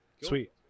Sweet